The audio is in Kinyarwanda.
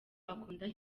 akunda